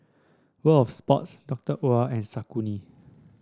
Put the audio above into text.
World Of Sports Doctor Oetker and Saucony